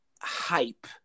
hype